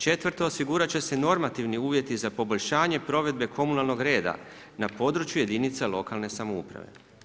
Četvrto, osigurat će se normativni uvjeti za poboljšanje provedbe komunalnog reda na području jedinica lokalne samouprave.